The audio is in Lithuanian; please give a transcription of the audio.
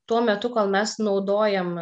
tuo metu kol mes naudojam